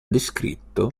descritto